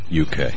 UK